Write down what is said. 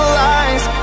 lies